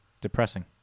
Depressing